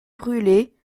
brulé